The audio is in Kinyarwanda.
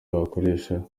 bakoresha